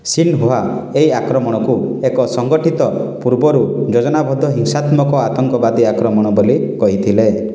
Xinhua ଏହି ଆକ୍ରମଣକୁ ଏକ ସଂଗଠିତ ପୂର୍ବରୁ ଯୋଜନାବଦ୍ଧ ହିଂସାତ୍ମକ ଆତଙ୍କବାଦୀ ଆକ୍ରମଣ ବୋଲି କହିଥିଲା